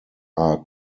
are